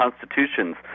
constitutions